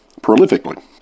prolifically